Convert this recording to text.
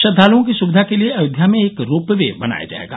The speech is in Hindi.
श्रद्वालुओं की सुविधा के लिए अयोध्या में एक रोप वे बनाया जाएगा